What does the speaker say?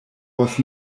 was